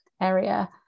area